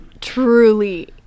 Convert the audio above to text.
truly